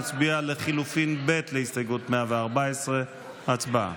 נצביע על לחלופין ב' להסתייגות 114. הצבעה.